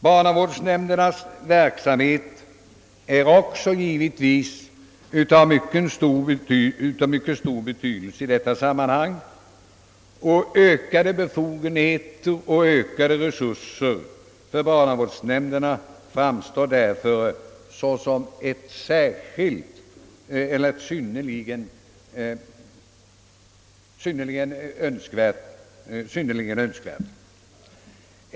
Barnavårdsnämndernas verksamhet är gi vetvis också av mycket stor betydelse i detta sammanhang, och ökade befogenheter och resurser för barnavårdsnämnderna framstår därför som synnerligen önskvärda.